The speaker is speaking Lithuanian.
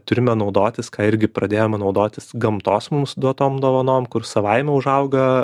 turime naudotis ką irgi pradėjome naudotis gamtos mums duotom dovanom kur savaime užauga